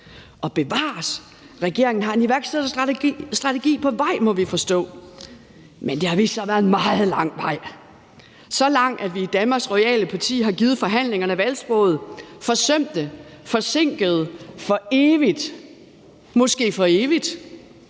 Og bevares, regeringen har en iværksætterstrategi på vej, må vi forstå, men det har vist sig at være en meget lang vej, så lang, at vi i Danmarks royale parti har givet forhandlingerne valgsproget »forsømte, forsinkede, for evigt – måske for evigt«.